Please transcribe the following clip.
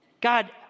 God